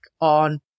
on